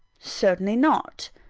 certainly not.